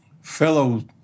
fellow